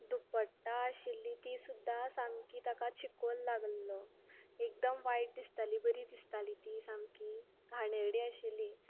दुपट्टा आशिल्ली ती सुद्दां सामकी ताका चिकल लागलेलो एकदम वायट दिसताली बरी दिसताली ती सामकी घानेरडी आशिल्ली